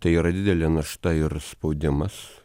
tai yra didelė našta ir spaudimas